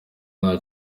nta